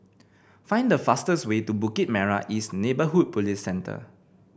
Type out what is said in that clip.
find the fastest way to Bukit Merah East Neighbourhood Police Centre